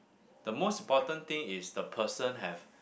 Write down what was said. the most important thing is the person have